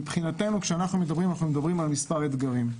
מבחינתנו, אנחנו מדברים על מספר אתגרים: